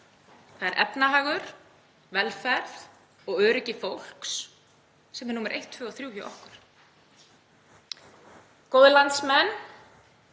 Það er efnahagur, velferð og öryggi fólks sem er númer eitt, tvö og þrjú hjá okkur. Góðir landsmenn.